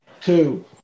two